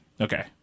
Okay